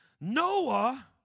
Noah